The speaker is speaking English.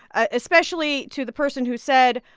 ah especially to the person who said,